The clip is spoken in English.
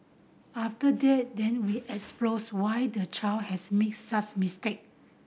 after that then we explores why the child has made such mistake